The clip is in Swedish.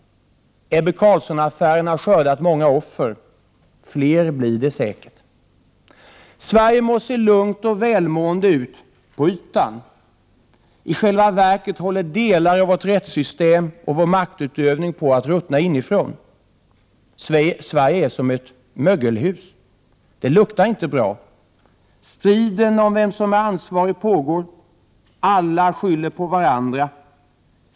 Ebbe Carlsson-affären har skördat många offer. Fler blir det säkert. Sverige må se lugnt och välmående ut på ytan. I själva verket håller delar av vårt rättssystem och vår maktutövning på att ruttna inifrån. Sverige är som ett mögelhus. Det luktar inte bra. Striden om vem som är ansvarig pågår, och alla skyller på varandra.